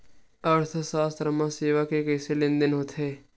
अर्थशास्त्र मा सेवा के कइसे लेनदेन होथे?